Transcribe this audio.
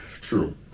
true